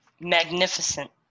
magnificent